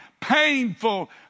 painful